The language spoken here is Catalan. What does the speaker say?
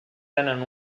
tenen